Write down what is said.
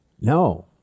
No